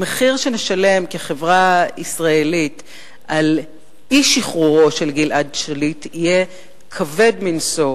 המחיר שתשלם החברה הישראלית על אי-שחרורו של גלעד שליט יהיה כבד מנשוא,